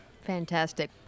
Fantastic